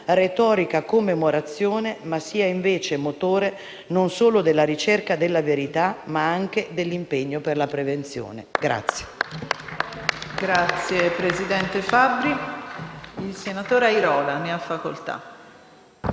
retorica commemorazione, ma sia invece motore non solo della ricerca della verità ma anche dell'impegno per la prevenzione.